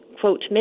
quote